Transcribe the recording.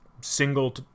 single